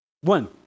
One